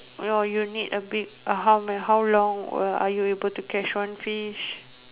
or you need a big or how l~ how long are you able to catch one fish